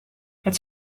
het